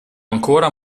ancora